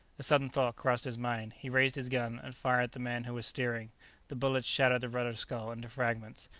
a sudden thought crossed his mind. he raised his gun and fired at the man who was steering the bullet shattered the rudder-scull into fragments.